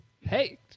Hey